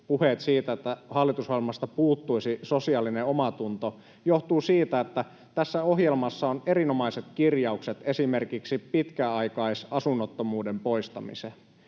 puheet siitä, että hallitusohjelmasta puuttuisi sosiaalinen omatunto, johtuu siitä, että tässä ohjelmassa on erinomaiset kirjaukset esimerkiksi pitkäaikaisasunnottomuuden poistamiseen.